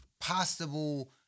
possible